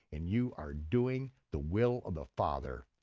and you are doing the will of the father,